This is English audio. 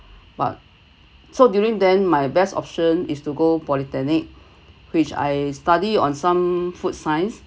but so during then my best option is to go polytechnic which I study on some food science